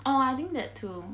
orh I think that too